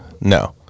No